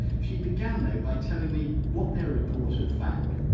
she began though by telling me what their report had found.